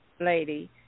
lady